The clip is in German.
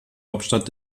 hauptstadt